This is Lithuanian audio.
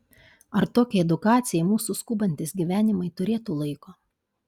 ar tokiai edukacijai mūsų skubantys gyvenimai turėtų laiko